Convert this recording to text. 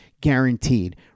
guaranteed